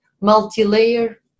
multi-layer